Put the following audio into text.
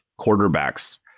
quarterbacks